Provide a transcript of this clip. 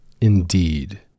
Indeed